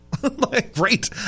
Great